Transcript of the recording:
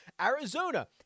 Arizona